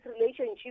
relationship